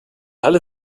halle